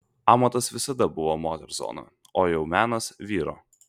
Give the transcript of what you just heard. amatas visada buvo moters zona o jau menas vyro